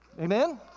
Amen